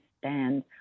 stand